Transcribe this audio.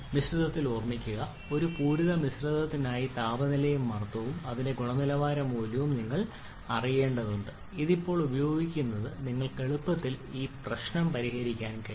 മിശ്രിതത്തിൽ ഓർമ്മിക്കുക ഒരു പൂരിത മിശ്രിതത്തിനായി താപനിലയും മർദ്ദവും ഇതിന്റെ ഗുണനിലവാര മൂല്യവും നിങ്ങൾ അറിയേണ്ടതുണ്ട് ഇത് ഇപ്പോൾ ഉപയോഗിക്കുന്നത് നിങ്ങൾക്ക് എളുപ്പത്തിൽ ഈ പ്രശ്നം പരിഹരിക്കാൻ കഴിയും